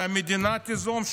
שהמדינה תיזום,